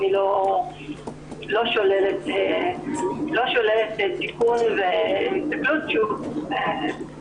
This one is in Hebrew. אנחנו לא מסתפקים בתלונות מקוונות על עבירות מין ואלימות במשפחה,